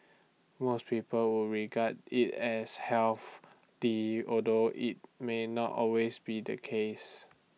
most people would regard IT as health the although IT may not always be the case